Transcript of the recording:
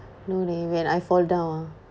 no leh when I fall down ah